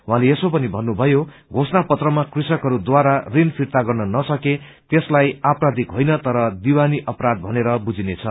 उहाँले यसो पनि भन्नुभयो घोषणा पत्रमा कृषकहरूद्वारा ऋण फिर्ता गर्न नसके त्यसलाई आपराधिक होइन तर दिवानी अपराध भने बुझिनेछ